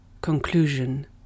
Conclusion